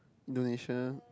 Indonesia